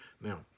Now